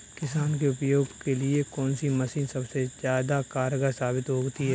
किसान के उपयोग के लिए कौन सी मशीन सबसे ज्यादा कारगर साबित होती है?